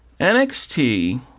NXT